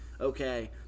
okay